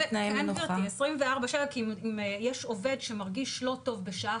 עשרים וארבע/שבע כי אם יש עובד שמרגיש לא טוב בשעה